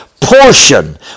portion